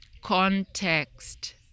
Context